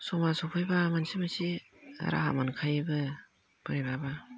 समा सफैबा मोनसे मोनसे राहा मोनखायोबो बोरैबाबा